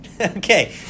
Okay